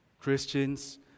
Christians